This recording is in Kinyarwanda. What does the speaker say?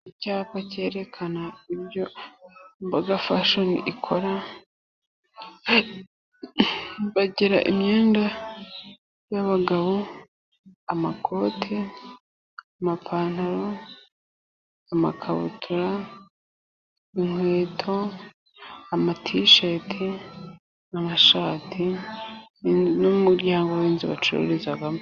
Icyapa cyerekana ibyo Mboga Fashoni ikora, bagira imyenda yabagabo, amakote, amapantaro, amakabutura, inkweto, amatisheti n'amashati n'umuryango winzu bacururizamo.